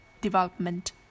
development